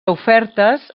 ofertes